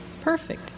perfect